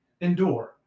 endure